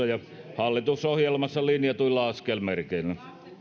ja hallitusohjelmassa linjatuilla askelmerkeillä